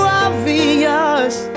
obvious